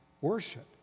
worship